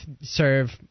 serve